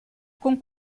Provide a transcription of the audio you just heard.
con